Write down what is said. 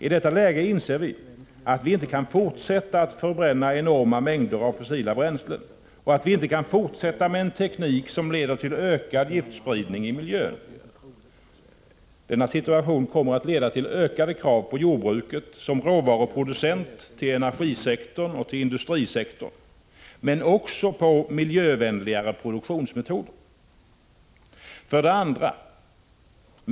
I detta läge inser vi att vi inte kan fortsätta att förbränna enorma mängder av fossila bränslen, och att vi inte kan fortsätta med en teknik som leder till ökad giftspridning i miljön. Denna situation kommer att leda till ökade krav på jordbruket som råvaruproducent till energisektorn och till industrisektorn, men också på miljövänligare produktionsmetoder. 2.